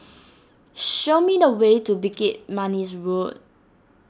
show me the way to Bukit Manis Road